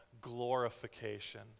glorification